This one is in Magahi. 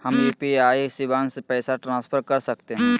हम यू.पी.आई शिवांश पैसा ट्रांसफर कर सकते हैं?